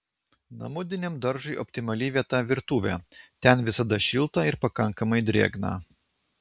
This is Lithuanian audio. namudiniam daržui optimali vieta virtuvė ten visada šilta ir pakankamai drėgna